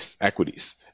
equities